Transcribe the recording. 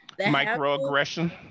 Microaggression